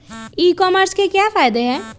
ई commerce के क्या फायदे हैं?